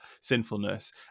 sinfulness